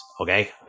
Okay